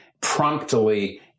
promptly